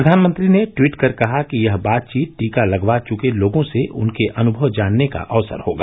प्रधानमंत्री ने ट्वीट कर कहा कि यह बातचीत टीका लगवा चुके लोगों से उनके अनुभव जानने का अवसर होगा